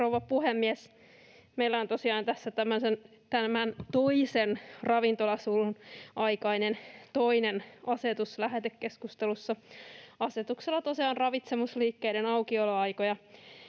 tosiaan tässä tämän toisen ravintolasulun aikainen toinen asetus lähetekeskustelussa. Asetuksella rajoitetaan ravitsemusliikkeiden aukioloaikoja